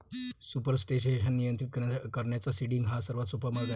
supersaturation नियंत्रित करण्याचा seeding हा सर्वात सोपा मार्ग आहे